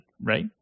right